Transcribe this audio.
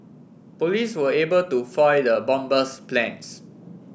police were able to foil the bomber's plans